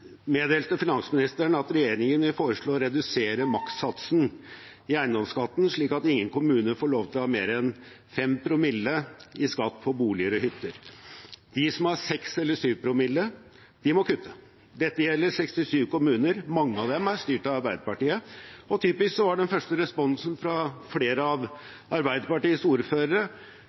meddelte finansministeren at regjeringen vil foreslå å redusere makssatsen i eiendomsskatten slik at ingen kommuner får lov til å ha mer enn 5 promille i skatt på boliger og hytter. De som har 6 eller 7 promille, må kutte. Dette gjelder 67 kommuner, mange av dem er styrt av Arbeiderpartiet. Typisk nok var den første responsen fra flere av Arbeiderpartiets ordførere